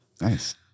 Nice